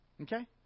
Okay